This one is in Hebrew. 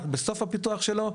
אנחנו בסוף הפיתוח שלו,